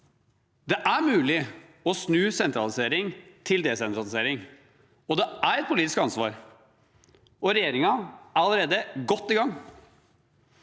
Det er mulig å snu sentralisering til desentralisering, og det er et politisk ansvar. Regjeringen er allerede godt i gang.